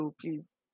please